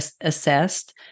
assessed